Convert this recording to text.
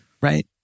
right